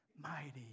Mighty